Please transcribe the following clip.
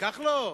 תיקח לו?